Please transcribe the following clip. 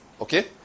Okay